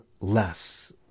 less